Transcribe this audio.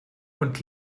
und